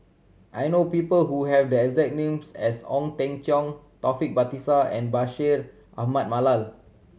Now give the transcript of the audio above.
I know people who have the exact name as Ong Teng Cheong Taufik Batisah and Bashir Ahmad Mallal